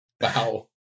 Wow